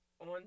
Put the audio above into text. on